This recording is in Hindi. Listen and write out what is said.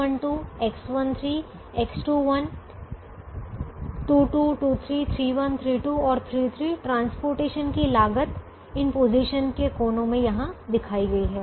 X12 X13 X21 22 23 31 32 और 33 परिवहन की लागत इन पोजीशन्स के कोने में यहां दिखाई गई है